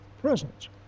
presence